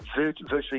virtually